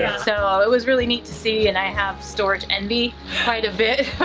so it was really neat to see and i have storage and be quite a bit.